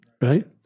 right